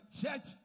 church